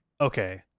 okay